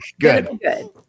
good